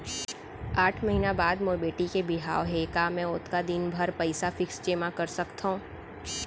आठ महीना बाद मोर बेटी के बिहाव हे का मैं ओतका दिन भर पइसा फिक्स जेमा कर सकथव?